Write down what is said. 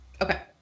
okay